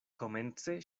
komence